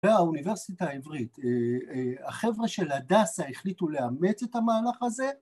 האוניברסיטה העברית, החבר'ה של הדסה החליטו לאמץ את המהלך הזה